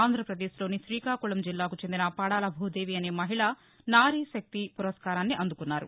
ఆంధ్రప్రదేశ్లోని శ్రీకాకుళం జిల్లాకు చెందిన పడాల భూదేవి అనే మహిళ నారీశక్తి పురస్కారాన్ని అందుకున్నారు